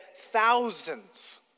thousands